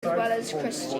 christians